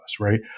right